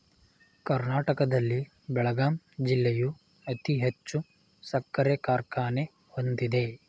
ಕರ್ನಾಟಕದಲ್ಲಿ ಬೆಳಗಾಂ ಜಿಲ್ಲೆಯು ಅತಿ ಹೆಚ್ಚು ಸಕ್ಕರೆ ಕಾರ್ಖಾನೆ ಹೊಂದಿದೆ